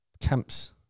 camps